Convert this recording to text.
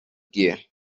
gear